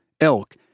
elk